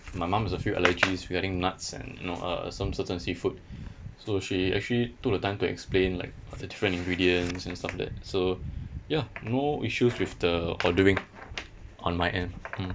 my mum has a few allergies regarding nuts and you know uh some certain seafood so she actually took the time to explain like uh the different ingredients and stuff like that so ya no issues with the ordering on my end mm